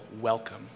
welcome